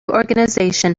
organization